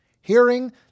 Hearing